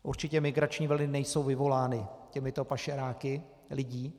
Určitě migrační vlny nejsou vyvolány těmito pašeráky lidí.